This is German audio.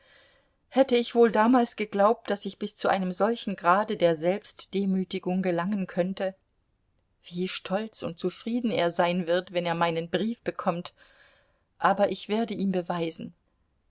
hätte ich wohl damals geglaubt daß ich bis zu einem solchen grade der selbstdemütigung gelangen könnte wie stolz und zufrieden er sein wird wenn er meinen brief bekommt aber ich werde ihm beweisen